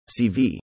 cv